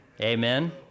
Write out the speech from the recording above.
Amen